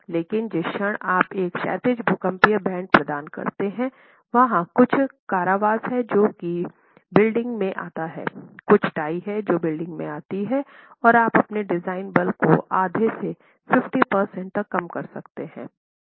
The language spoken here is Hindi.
लेकिन जिस क्षण आप एक क्षैतिज भूकंपीय बैंड प्रदान करते हैं वहाँ कुछ कारावास है जो कि बिल्डिंग में आता है कुछ टाई है जो बिल्डिंग में आती है और आप अपने डिजाइन बल को आधे से 50 प्रतिशत तक कम कर सकते हैं